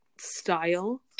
style